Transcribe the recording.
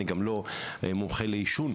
אני גם לא מומחה לעישון,